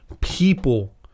people